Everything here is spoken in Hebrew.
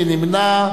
מי נמנע?